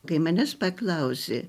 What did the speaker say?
kai manęs paklausė